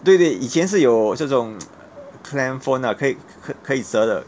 对对以前是有这种 clam phone ah 可以可可以折的